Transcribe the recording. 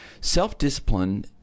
self-discipline